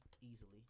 Easily